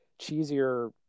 cheesier